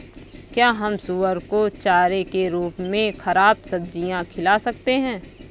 क्या हम सुअर को चारे के रूप में ख़राब सब्जियां खिला सकते हैं?